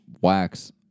wax